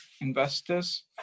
investors